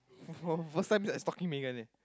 oh first time that I stalking Megan eh